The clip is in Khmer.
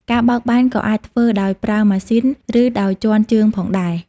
ការបោកបែនក៏អាចធ្វើដោយប្រើម៉ាស៊ីន ឬដោយជាន់ជើងផងដែរ។